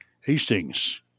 Hastings